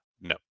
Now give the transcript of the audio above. No